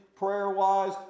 prayer-wise